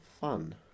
fun